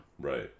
Right